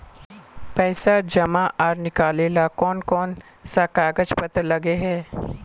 पैसा जमा आर निकाले ला कोन कोन सा कागज पत्र लगे है?